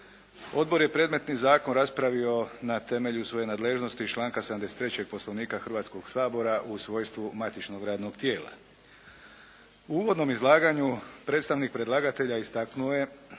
Odbor je predmetni Zakon raspravio na temelju svoje nadležnosti iz članka 73. Poslovnika Hrvatskog sabora u svojstvu matičnog radnog tijela. U uvodnom izlaganju predstavnik predlagatelja istaknuo je